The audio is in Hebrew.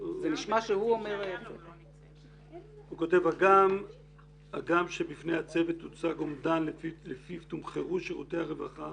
הוא כותב: "הגם שבפני הצוות הוצג אומדן לפיו תומחרו שירותי הרווחה,